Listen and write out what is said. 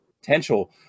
potential